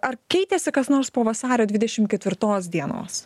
ar keitėsi kas nors po vasario dvidešim ketvirtos dienos